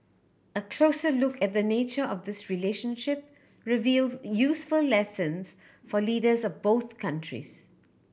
a closer look at the nature of this relationship reveals useful lessons for leaders of both countries